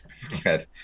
forget